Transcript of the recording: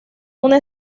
una